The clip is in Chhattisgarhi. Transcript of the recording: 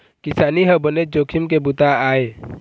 किसानी ह बनेच जोखिम के बूता आय